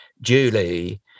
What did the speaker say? Julie